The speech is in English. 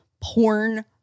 porn